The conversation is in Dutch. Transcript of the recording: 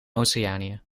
oceanië